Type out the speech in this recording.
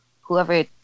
whoever